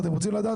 אתם רוצים לדעת?